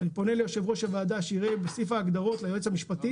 אני פונה ליו"ר הוועדה שיראה את סעיף ההגדרות ליועץ המשפטי.